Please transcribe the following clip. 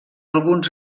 alguns